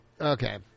Okay